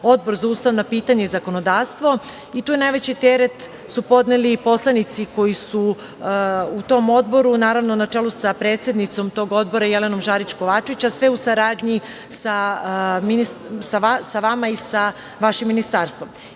Odbor za ustavna pitanja i zakonodavstvo i tu su najveći teret podneli poslanici koji su u tom odboru, na čelu sa predsednicom odbora, Jelenom Žarić Kovačević, a sve u saradnji sa vama ministarko